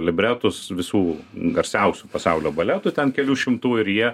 libretus visų garsiausių pasaulio baletų ten kelių šimtų ir jie